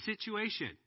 situation